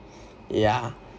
ya